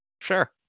sure